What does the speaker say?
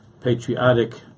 patriotic